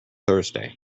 thursday